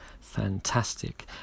Fantastic